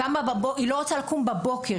היא לא רוצה לקום בבוקר,